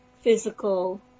physical